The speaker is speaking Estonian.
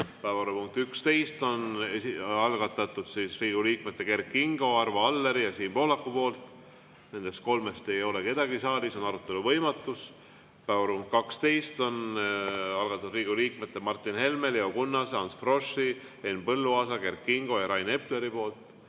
Päevakorrapunkt nr 11 on algatatud Riigikogu liikmete Kert Kingo, Arvo Alleri ja Siim Pohlaku poolt. Nendest kolmest ei ole kedagi saalis, on arutelu võimatus. Päevakorrapunkt nr 12 on algatatud Riigikogu liikmete Martin Helme, Leo Kunnase, Ants Froschi, Henn Põlluaasa, Kert Kingo ja Rain Epleri poolt.